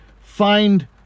find